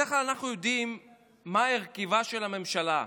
בדרך כלל אנחנו יודעים מה הרכבה של הממשלה,